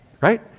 right